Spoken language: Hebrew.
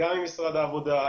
גם עם משרד העבודה,